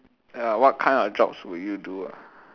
ya what kind of jobs would you do ah